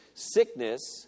sickness